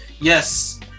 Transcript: yes